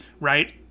right